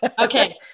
Okay